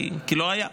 כי לא היה,